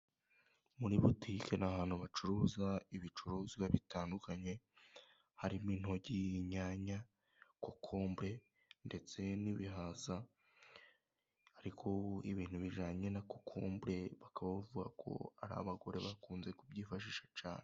Muri butike ni ahantu bacuruza ibicuruzwa bitandukanye, harimo intoryi, inyanya, kokombure ndetse n'ibihaza, ariko ubu ibintu bijyanye na kokombure bakaba bavuga ko ari abagore bakunze kubyifashisha cane.